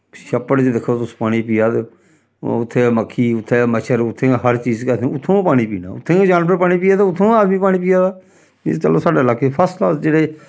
छप्पड़ च दिक्खो तुस पानी पिया दे ओह् उत्थै गै मक्खी उत्थै गै मच्छर उत्थै गै हर चीज केह् आखदे नी उत्थूं गै पानी पीना उत्थै गै जानवर पानी पिया दे उत्थूं गै आदमी पानी पिया दा एह् ते चलो साढ़े लाके च फस्सक्लास जेह्ड़े